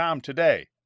today